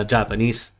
Japanese